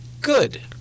good